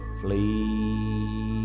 flee